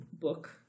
book